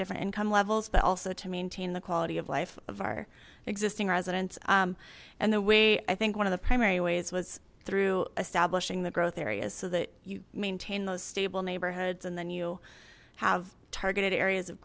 different income levels but also to maintain the quality of life of our existing residents and the way i think one of the primary ways was through establishing the growth areas so that you maintain those stable neighborhoods and then you have targeted areas of